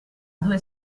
due